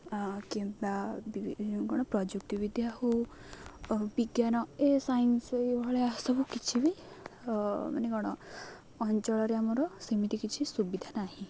କିମ୍ବା କ'ଣ ପ୍ରଯୁକ୍ତି ବିିଦ୍ୟା ହେଉ ବିଜ୍ଞାନ ଏ ସାଇନ୍ସ ଏହିଭଳିଆ ସବୁ କିଛି ବି ମାନେ କ'ଣ ଅଞ୍ଚଳରେ ଆମର ସେମିତି କିଛି ସୁବିଧା ନାହିଁ